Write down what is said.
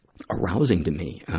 arousing to me?